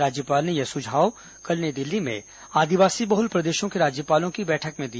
राज्यपाल ने यह सुझाव कल नई दिल्ली में आदिवासी बहुल प्रदेशों के राज्यपालों की बैठक में दिया